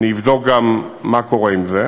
אני אבדוק גם מה קורה עם זה.